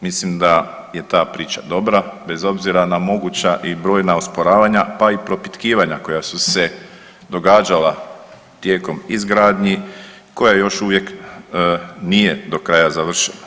Mislim da je ta priča dobra bez obzira na moguća i brojna osporavanja pa i propitkivanja koja su se događala tijekom izgradnji koja još uvijek nije do kraja završena.